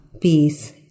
peace